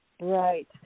Right